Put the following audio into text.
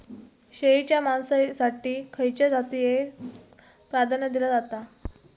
शेळीच्या मांसाएसाठी खयच्या जातीएक प्राधान्य दिला जाता?